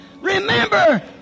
remember